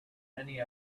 many